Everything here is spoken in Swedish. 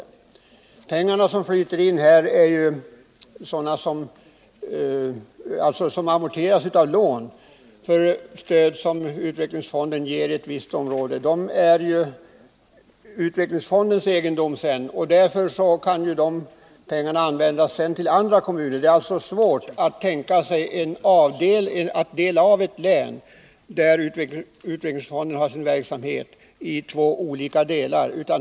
De pengar som flyter in här är sådana som amorteras av lån till stöd som utvecklingsfonden geri ett visst område. Pengarna är därmed utvecklingsfondens egendom och kan sedan användas i andra kommuner. Det är alltså svårt att göra denna avgränsning i ett län, där utvecklingsfonden har en verksamhet i olika delar.